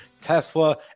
Tesla